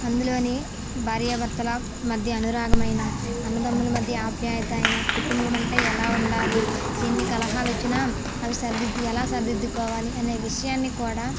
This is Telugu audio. అందులోని భార్యాభర్తల మధ్య అనురాగం అయినా అన్నదమ్ముల మధ్య ఆప్యాయత అయినా కుటుంబం అంటే ఎలా ఉండాలి ఎన్ని కలహాలు వచ్చినా అవి సరిదిద్దాలి ఎలా సరిదిద్దుకోవాలి అనే విషయాన్ని కూడా